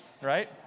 right